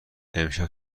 امشب